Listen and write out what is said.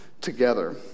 together